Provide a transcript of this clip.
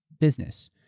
business